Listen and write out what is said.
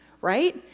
right